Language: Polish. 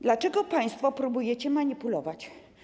Dlaczego państwo próbujecie manipulować?